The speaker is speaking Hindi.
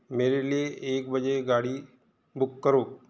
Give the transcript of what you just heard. मेरे लिए एक बजे गाड़ी बुक करो